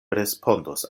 respondos